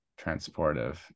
transportive